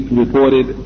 reported